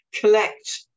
collect